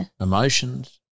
emotions